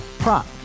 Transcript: Prop